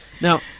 Now